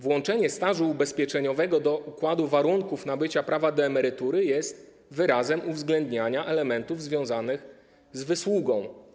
Włączenie stażu ubezpieczeniowego do układu warunków nabycia prawa do emerytury jest wyrazem uwzględnienia elementów związanych z wysługą.